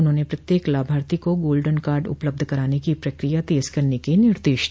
उन्होंने प्रत्येक लाभार्थी को गोल्डन कार्ड उपलब्ध कराने की प्रक्रिया तेज करने के निर्देश दिया